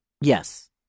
Yes